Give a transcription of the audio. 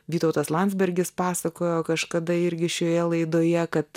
vytautas landsbergis pasakojo kažkada irgi šioje laidoje kad